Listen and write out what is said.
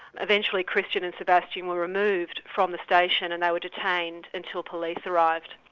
eventually christian and sebastian were removed from the station and they were detained until police arrived.